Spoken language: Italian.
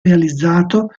realizzato